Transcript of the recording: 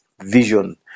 Vision